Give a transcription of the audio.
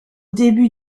début